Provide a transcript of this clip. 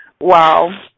Wow